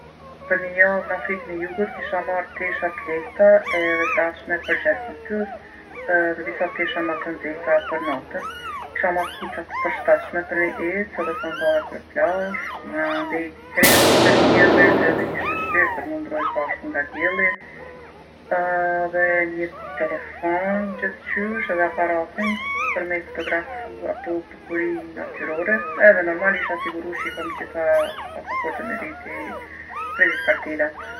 Për ni javë n'Afrikën e Jugut kisha marrë tesha t'lehta edhe t'rahatshme për gjatë ditës, edhe disa tesha ma të nxehta për natën. Kisha marrë kpuca t'përshtatshme për me ecë edhe sandalle për plazhë, mandej kremë kundër diellit edhe një sheshir për me u mbrojtë poashtu nga dielli dhe një telefon gjethqysh edhe aparatin për me i fotografu ato bukuri natyrore edhe normal isha siguru qe i kom t'gjitha, pasaportën me veti, kredit kartelat.